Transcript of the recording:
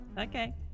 Okay